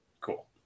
Cool